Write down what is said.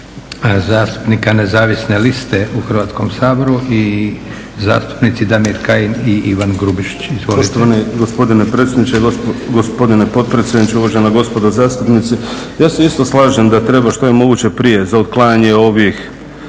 zastupnika Nezavisne liste u Hrvatskom saboru i zastupnici Damir Kajin i Ivan Grubišić.